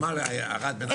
על מה, על הערת ביניים?